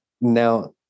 now